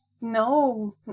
No